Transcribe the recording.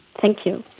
thank you.